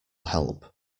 help